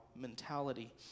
mentality